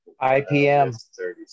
IPM